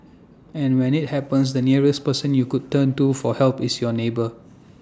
and when IT happens the nearest person you could turn to for help is your neighbour